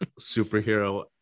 superhero